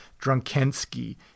Drunkensky